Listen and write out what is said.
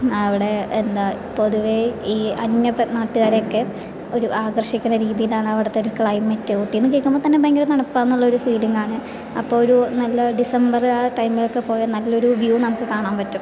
അവിടെ എന്താ പൊതുവേ ഈ അന്യ നാട്ടുകാരെയൊക്കെ ഒരു ആകർഷിക്കണ രീതിയിലാണ് അവിടത്തൊരു ക്ലൈമറ്റ് ഊട്ടിയെന്ന് കേൾക്കുമ്പോൾതന്നെ ഭയങ്കര തണുപ്പാണ് എന്നുള്ളൊരു ഫീലിങ്ങാണ് അപ്പോൾ ഒരു നല്ല ഡിസംബർ ആ ഒരു ടൈമിലൊക്കെ പോയാൽ നല്ലൊരു വ്യൂ നമുക്ക് കാണാൻ പറ്റും